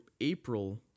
April